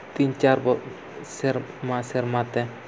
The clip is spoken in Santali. ᱛᱤᱱᱼᱪᱟᱨ ᱵᱚ ᱥᱮᱨᱢᱟ ᱥᱮᱨᱢᱟᱛᱮ